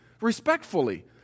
respectfully